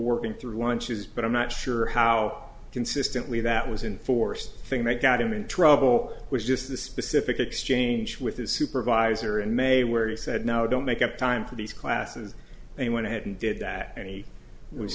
working through lunches but i'm not sure how consistently that was in force thing that got him in trouble was just the specific exchange with his supervisor and may where he said now don't make up time for these classes they went ahead and did that an